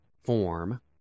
form